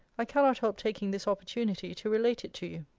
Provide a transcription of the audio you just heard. i cannot help taking this opportunity to relate it to you.